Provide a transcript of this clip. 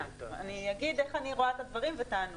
זה לא --- אני אגיד איך אני רואה את הדברים וטענו.